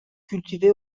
cultivés